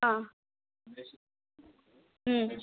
ಹಾಂ ಹ್ಞೂ